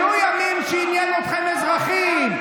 --- היו ימים שעניינו אתכם אזרחים.